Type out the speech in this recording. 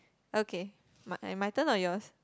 okay but and my turn or yours